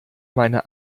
meine